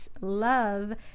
Love